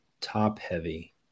top-heavy